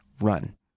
run